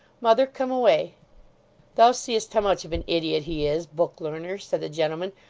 mother, come away thou seest how much of an idiot he is, book-learner said the gentleman,